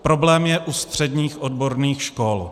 Problém je u středních odborných škol.